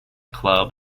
club